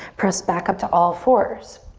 press back up to all fours.